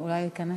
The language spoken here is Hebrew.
ינון,